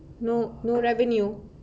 no no revenue